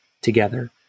together